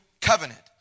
covenant